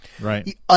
Right